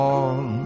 on